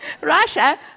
Russia